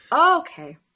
Okay